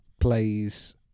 plays